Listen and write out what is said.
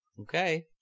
Okay